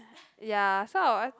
ya so I